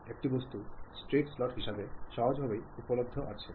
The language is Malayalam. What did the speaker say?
ഈ പൊതു റഫറൻസാണ് ആശയവിനിമയത്തെ വിജയകരവും ഫലപ്രദവുമാക്കുന്നത്